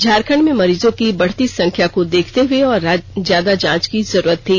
झारखंड में मरीजो की बढ़ती संख्या को देखते हुए और ज्यादा जांच की जरुरत थी